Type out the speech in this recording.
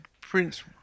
Prince